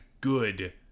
good